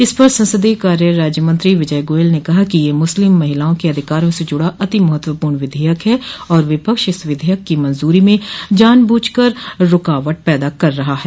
इस पर संसदीय कार्य राज्य मंत्री विजय गोयल ने कहा कि यह मुस्लिम महिलाओं के अधिकारों से जुड़ा अति महत्वपूर्ण विधेयक है और विपक्ष इस विधेयक की मंजूरी में जानबूझ कर रूकावट पैदा कर रहा है